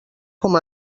com